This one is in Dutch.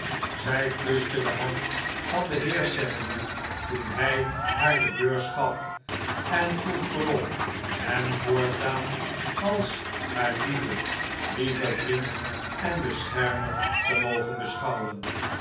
zij kuste de hand van den heer sedley toen hij haar de beurs gaf en vroeg verlof hem voortaan als haar lieven lieven vriend en beschermer te mogen beschouwen